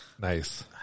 Nice